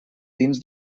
dins